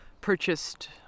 purchased